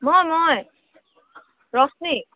মই মই ৰশ্মী